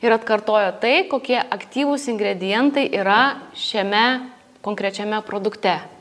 ir atkartoja tai kokie aktyvūs ingredientai yra šiame konkrečiame produkte